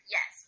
Yes